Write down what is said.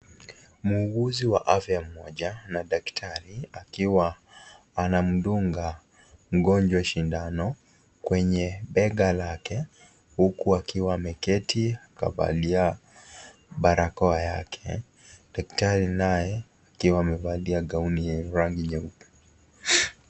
Muuguzi wa afya mmoja na daktari akiwa anamdunga mgonjwa sindano kwenye bega lake, huku akiwa ameketi, kavalia barakoa yake. Daktari naye, akiwa amevalia gauni yenye rangi nyeupe.